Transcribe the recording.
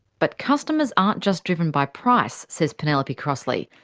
but customers aren't just driven by price, says penelope crossley.